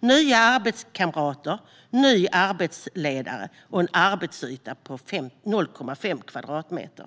med nya arbetskamrater, ny arbetsledare och en arbetsyta på 0,5 kvadratmeter.